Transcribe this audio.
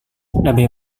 lebih